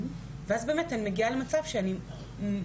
ואז באמת אני מגיעה למצב שאני מושא